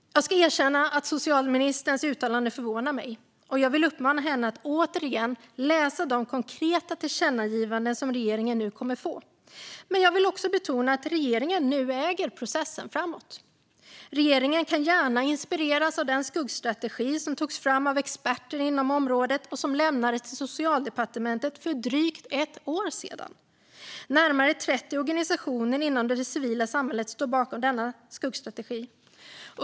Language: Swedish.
Jag ska erkänna att socialministerns uttalande förvånar mig, och jag vill uppmana henne att återigen läsa de konkreta tillkännagivanden som regeringen nu kommer att få. Men jag vill också betona att regeringen nu äger processen framåt. Regeringen kan gärna inspireras av den skuggstrategi som togs fram av experter inom området och som lämnades till Socialdepartementet för drygt ett år sedan. Närmare 30 organisationer inom det civila samhället stod bakom denna skuggstrategi.